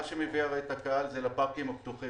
מה שמביא הרי את הקהל זה הפארקים הפתוחים.